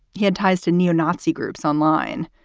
he had ties to neo-nazi groups online.